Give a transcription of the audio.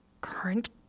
current